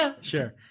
sure